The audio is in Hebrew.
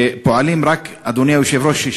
אדוני היושב-ראש,